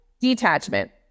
detachment